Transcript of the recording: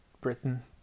Britain